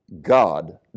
God